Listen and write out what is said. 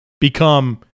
become